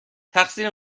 تقصیر